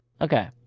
Okay